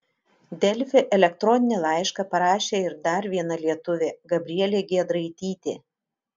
delfi elektroninį laišką parašė ir dar viena lietuvė gabrielė giedraitytė